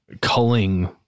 culling